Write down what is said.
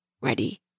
ready